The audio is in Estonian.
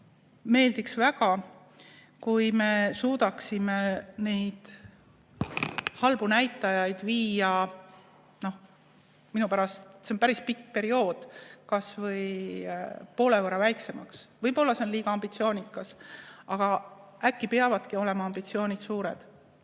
meeldiks väga, kui me suudaksime neid halbu näitajaid viia minu pärast – see on päris pikk periood – kas või poole võrra väiksemaks. Võib-olla see on liiga ambitsioonikas. Aga äkki peavadki ambitsioonid suured